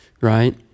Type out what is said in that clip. right